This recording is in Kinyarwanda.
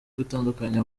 gutandukanya